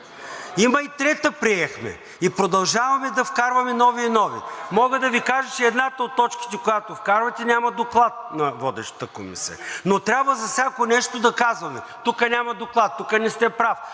Има и трета, приехме и продължаваме да вкарваме нови и нови. Мога да Ви кажа, че едната от точките, която вкарвате, няма доклад на водещата комисия, но трябва за всяко нещо да казваме: тук няма доклад, тук не сте прав,